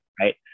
right